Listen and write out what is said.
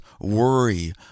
worry